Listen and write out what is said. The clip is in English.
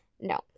No